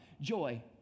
joy